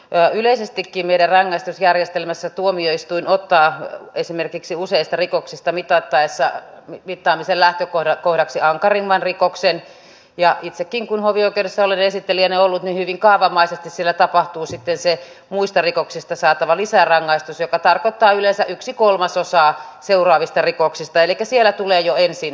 yleisestikin meidän rangaistusjärjestelmässämme tuomioistuin ottaa esimerkiksi useista rikoksista mitattaessa mittaamisen lähtökohdaksi ankarimman rikoksen ja itsekin kun hovioikeudessa olen esittelijänä ollut niin hyvin kaavamaisesti siellä tapahtuu sitten se muista rikoksista saatava lisärangaistus joka tarkoittaa yleensä yhtä kolmasosaa seuraavista rikoksista elikkä siellä tulee jo ensin paljousalennus